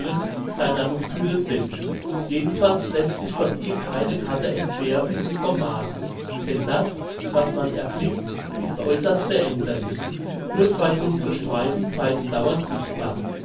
seiner lufthülle sind jedenfalls läßt sich von ihm keine karte entwerfen wie vom mars denn das was man erblickt ist äußerst veränderlich nur zwei dunkle streifen bleiben dauernd sichtbar